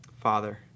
Father